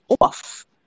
off